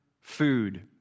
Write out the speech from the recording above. food